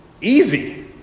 easy